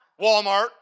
Walmart